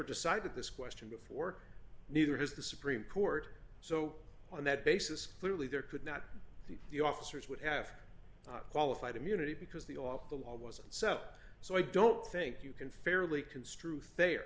decided this question before neither has the supreme court so on that basis clearly there could not be the officers would have qualified immunity because the off the law wasn't so so i don't think you can fairly construe